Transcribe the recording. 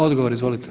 Odgovor izvolite.